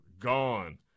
Gone